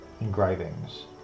engravings